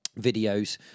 videos